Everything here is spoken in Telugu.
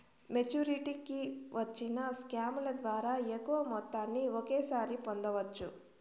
మెచ్చురిటీకి వచ్చిన స్కాముల ద్వారా ఎక్కువ మొత్తాన్ని ఒకేసారి పొందవచ్చు